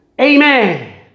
Amen